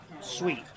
sweet